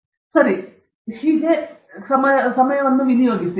ಆದ್ದರಿಂದ ಇದು ಸರಿಅದು ಕೆಲಸ ಮಾಡದಿದ್ದಲ್ಲಿ ಚಿಂತಿಸಬೇಡಿ ಸ್ವಲ್ಪ ಸಮಯವನ್ನು ನೀಡಿ